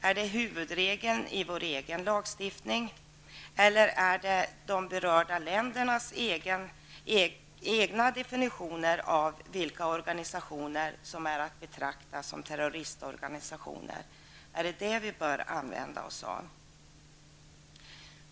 Är det huvudregeln i vår egen lagstiftning eller är det de berörda ländernas egna definitioner av vilka organisationer som är att betrakta som terroristorganisationer som vi bör använda oss av?